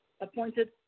appointed